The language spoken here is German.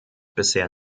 bisher